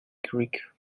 creek